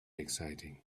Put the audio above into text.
exciting